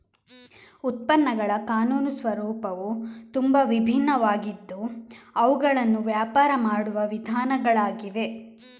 ಉತ್ಪನ್ನಗಳ ಕಾನೂನು ಸ್ವರೂಪವು ತುಂಬಾ ವಿಭಿನ್ನವಾಗಿದ್ದು ಅವುಗಳನ್ನು ವ್ಯಾಪಾರ ಮಾಡುವ ವಿಧಾನಗಳಾಗಿವೆ